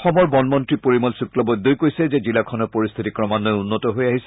অসমৰ বনমন্ত্ৰী পৰিমল শুক্লবৈদ্যই কৈছে যে জিলাখনৰ পৰিস্থিতি ক্ৰমাঘয়ে উন্নত হৈ আহিছে